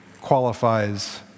qualifies